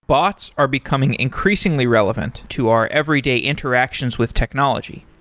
bots are becoming increasingly relevant to our everyday interactions with technology.